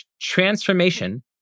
transformation